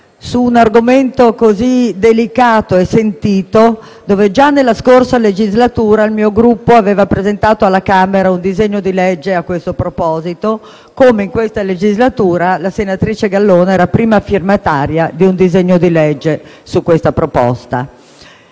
un argomento delicato e sentito. Già nella scorsa legislatura il mio Gruppo aveva presentato alla Camera un disegno di legge a questo proposito, come in questa legislatura la senatrice Gallone è la prima firmataria di un disegno di legge su questa proposta.